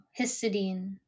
Histidine